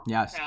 Yes